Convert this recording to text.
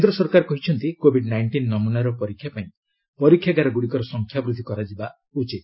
କେନ୍ଦ୍ର ସରକାର କହିଛନ୍ତି କୋଭିଡ୍ ନାଇଷ୍ଟିନ୍ ନମୁନାର ପରୀକ୍ଷା ପାଇଁ ପରୀକ୍ଷାଗାରଗୁଡ଼ିକର ସଂଖ୍ୟା ବୃଦ୍ଧି କରାଯିବା ଉଚିତ